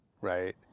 right